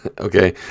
okay